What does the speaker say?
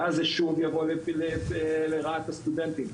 ואז זה שוב יבוא לרעת הסטודנטים.